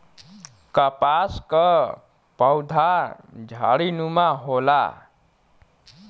कपास क पउधा झाड़ीनुमा होला